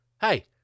Hey